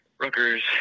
Rutgers